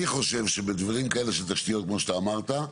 אני חושב שבדברים כאלה של תשתיות כמו שאתה אמרת,